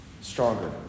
stronger